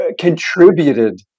contributed